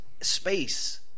space